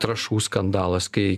trąšų skandalas kai